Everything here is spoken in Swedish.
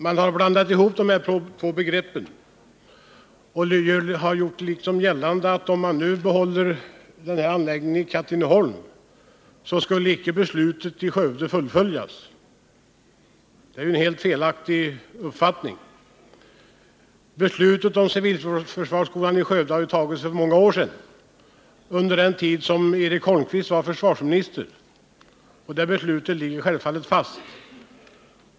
Man har blandat ihop två begrepp och gjort gällande att om vi behåller anläggningen i Katrineholm skulle inte beslutet beträffande Skövde fullföljas. Det är en helt felaktig uppfattning. Beslutet om civilförsvarsskolan i Skövde fattades för många år sedan, under den tid då Eric Holmqvist var försvarsminister, och det beslutet ligger självfallet fast.